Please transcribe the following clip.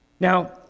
Now